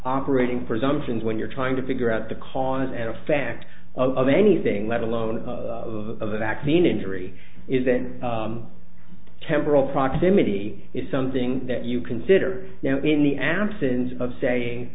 operating presumptions when you're trying to figure out the cause and effect of anything let alone of vaccine injury is that temporal proximity is something that you consider now in the absence of saying